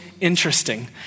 interesting